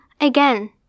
again